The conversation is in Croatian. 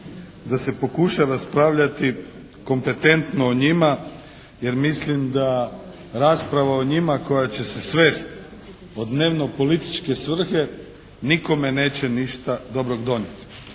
da se pokuša raspravljati kompetentno o njima jer mislim da rasprava o njima koja će se svesti od dnevno političke svrhe nikome neće ništa dobrog donijeti.